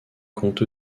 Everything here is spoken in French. compte